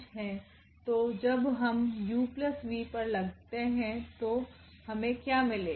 तो जब हम 𝑢𝑣 पर लगाते है तो हमे क्या मिलेगा